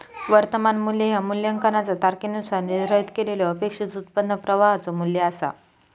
वर्तमान मू्ल्य ह्या मूल्यांकनाचा तारखेनुसार निर्धारित केलेल्यो अपेक्षित उत्पन्न प्रवाहाचो मू्ल्य असा